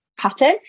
pattern